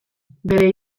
bere